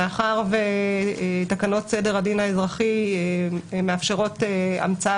מאחר ותקנות סדר הדין האזרחי מאפשרות המצאה